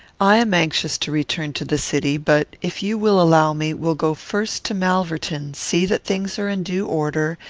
i am anxious to return to the city, but, if you will allow me, will go first to malverton, see that things are in due order,